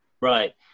Right